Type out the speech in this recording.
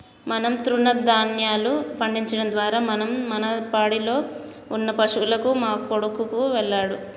మనం తృణదాన్యాలు పండించడం ద్వారా మనం మన పాడిలో ఉన్న పశువులకు మా కొడుకు వెళ్ళాడు